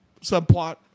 subplot